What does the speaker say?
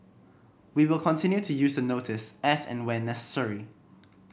we will continue to use the notice as and when necessary